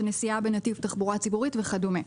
נסיעה בנתיב תחבורה ציבורית וכדמה.